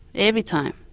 every time.